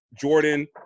Jordan